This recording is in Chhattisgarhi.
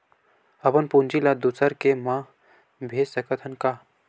अपन पूंजी ला दुसर के मा भेज सकत हन का?